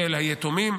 היתומים.